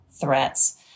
threats